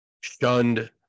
shunned